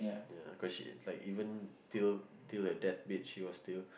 ya cause she like even till till her deathbed she was still